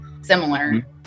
similar